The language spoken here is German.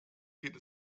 geht